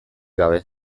gabe